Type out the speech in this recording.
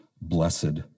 blessed